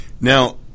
Now